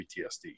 ptsd